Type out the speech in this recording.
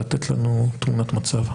לתת לנו תמונת מצב.